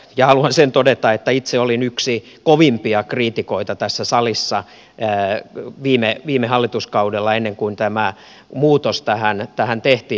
haluan sen todeta että itse olin yksi kovimpia kriitikoita tässä salissa viime hallituskaudella ennen kuin tämä muutos tähän tehtiin